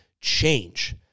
change